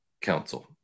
council